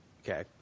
Okay